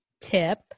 tip